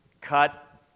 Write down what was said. Cut